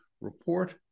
report